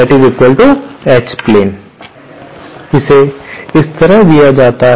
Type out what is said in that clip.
इसे इस तरह दिया जाता है